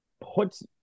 puts